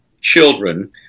children